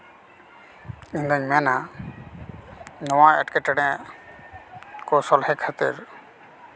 ᱤᱧᱫᱩᱧ ᱢᱮᱱᱟ ᱱᱚᱣᱟ ᱮᱴᱠᱮᱴᱚᱬᱮ ᱠᱚ ᱥᱚᱞᱦᱮ ᱠᱷᱟᱹᱛᱤᱨ